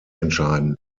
entscheiden